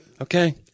okay